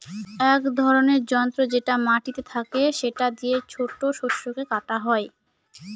এক ধরনের যন্ত্র যেটা মাটিতে থাকে সেটা দিয়ে ছোট শস্যকে কাটা হয়